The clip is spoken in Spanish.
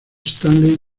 stanley